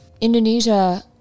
Indonesia